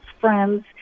friends